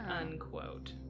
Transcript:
unquote